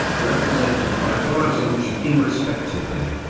represented by boaz and jachin respectively.